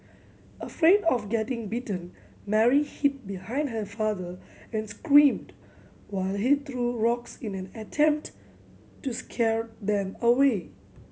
afraid of getting bitten Mary hid behind her father and screamed while he threw rocks in an attempt to scare them away